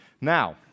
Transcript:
Now